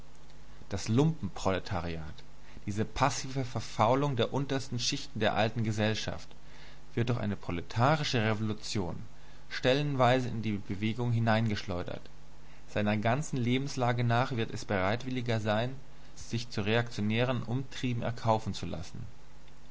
das lumpenproletariat diese passive verfaulung der untersten schichten der alten gesellschaft wird durch eine proletarische revolution stellenweise in die bewegung hineingeschleudert seiner ganzen lebenslage nach wird es bereitwilliger sein sich zu reaktionären umtrieben erkaufen zu lassen